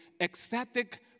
ecstatic